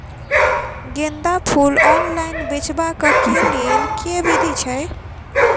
गेंदा फूल ऑनलाइन बेचबाक केँ लेल केँ विधि छैय?